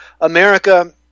America